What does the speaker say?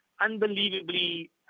unbelievably